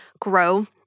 grow